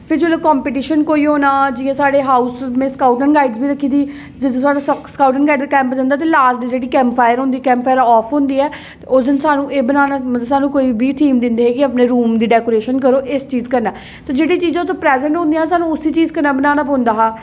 फ्ही जिसलै कम्पीटिशन कोई होना जि'यां साढ़े हाऊस च स्काऊट ऐंड गाइडैंस रक्खी दी ही जिस दिन साढ़ा स्काऊट ऐंड गाइडैंस दा कैंम जंदा ते लार्ज जेह्ड़ी कैंम फायर होंदी आफ होंदी ऐ उस दिन असेंगी एह् बनाना मतलब असेंगी कोई बी थीम दिंदे कि अपने रुम दी डैकोरेशन करो इस चीज कन्नै ते जेह्ड़ी चीजां उत्थै प्रजैंट होंदियां हा असेंगी उस्सै चीज कन्नै बनाना पौंदा हा